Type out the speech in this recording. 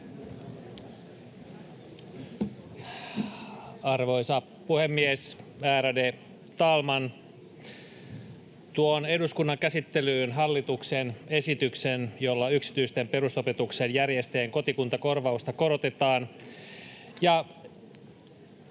Arvoisa puhemies, äräde talman! Tuon eduskunnan käsittelyyn hallituksen esityksen, jolla yksityisten perusopetuksen järjestäjien kotikuntakorvausta korotetaan